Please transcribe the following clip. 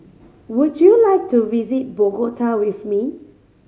would you like to visit Bogota with me